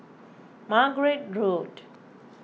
Margate Road